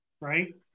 right